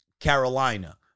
Carolina